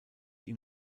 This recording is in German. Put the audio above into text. ihm